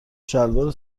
شلوار